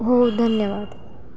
हो धन्यवाद